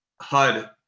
HUD